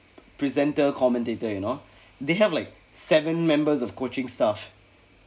presenter commentator you know they have like seven members of coaching staff